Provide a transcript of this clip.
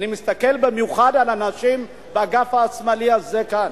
אני מסתכל במיוחד על הנשים באגף השמאלי הזה כאן,